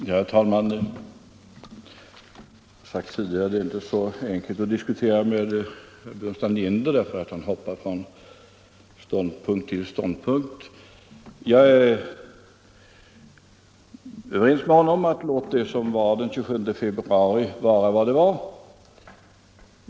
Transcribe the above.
Herr talman! Det är inte så enkelt att diskutera med herr Burenstam Linder, därför att han hoppar från ståndpunkt till ståndpunkt. Jag är överens med honom om att låta det som hände den 27 februari vara vad det var.